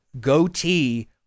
goatee